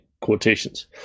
quotations